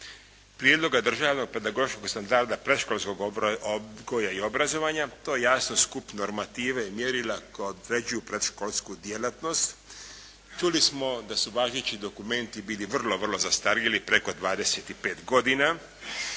prijedloga državnog pedagoškog standarda odgoja i obrazovanja, to je jasno skup normative i mjerila koja određuju predškolsku djelatnost. Čuli smo da su važeći dokumenti bili vrlo, vrlo zastarjeli, preko 25 godina